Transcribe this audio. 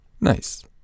Nice